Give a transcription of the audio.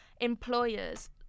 employers